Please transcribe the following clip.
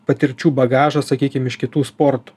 patirčių bagažą sakykim iš kitų sportų